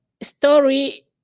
story